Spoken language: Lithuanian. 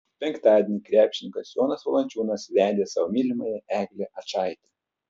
penktadienį krepšininkas jonas valančiūnas vedė savo mylimąją eglę ačaitę